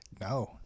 no